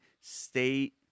state